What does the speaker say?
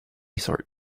sort